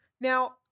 Now